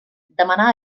demanà